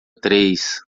três